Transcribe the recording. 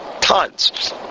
tons